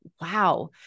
wow